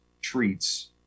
treats